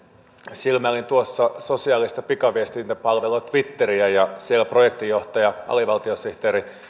silmäilin tuossa sosiaalista pikaviestintäpalvelu twitteriä ja siellä projektinjohtaja alivaltiosihteeri